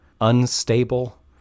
unstable